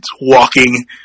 walking